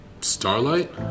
Starlight